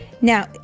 Now